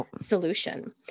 solution